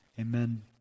amen